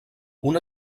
una